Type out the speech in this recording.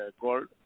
gold